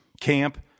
camp